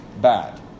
bad